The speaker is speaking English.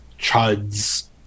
Chud's